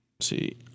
See